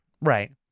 Right